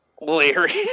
Larry